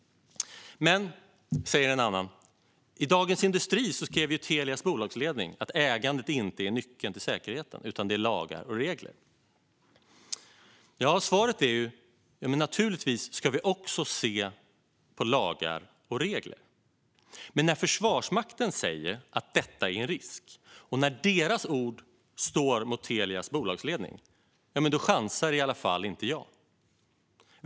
Men, säger en annan, i Dagens industri skrev ju Telias bolagsledning att ägandet inte är nyckeln till säkerheten, utan lagar och regler. Här är svaret att vi naturligtvis också ska se på lagar och regler. Men när Försvarsmakten säger att detta är en risk och deras ord står mot Telias bolagsledning chansar i alla fall inte jag.